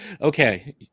okay